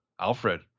Alfred